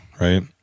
right